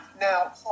Now